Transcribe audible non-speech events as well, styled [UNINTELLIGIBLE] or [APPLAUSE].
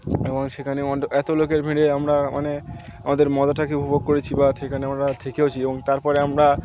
এবং সেখানে [UNINTELLIGIBLE] এত লোকের ভিড়ে আমরা মানে আমাদের মজাটাকে উপভোগ করেছি বা সেখানে আমরা থেকেওছি এবং তার পরে আমরা